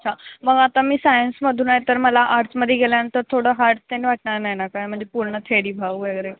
अच्छा मग आता मी सायन्समधून आहे तर मला आर्ट्समध्ये गेल्यानंतर थोडं हार्ट्स ते वाटणार नाही ना काय म्हणजे पूर्ण थेडी भाव वगैरे